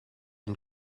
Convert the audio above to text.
and